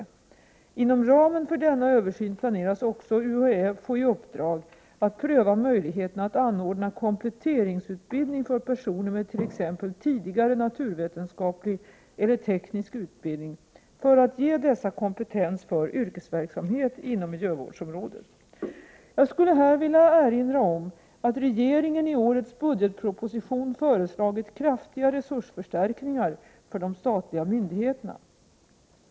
Inom ramen för denna översyn planeras också UHÄ få i uppdrag att pröva möjligheterna att anordna kompletteringsutbildning för personer med t.ex. tidigare naturvetenskaplig eller teknisk utbildning, för att ge dessa kompetens för yrkesverksamhet inom miljövårdsområdet. Jag skulle här vilja erinra om att regeringen i årets budgetproposition föreslagit kraftiga resursförstärkningar för de statliga myndigheterna.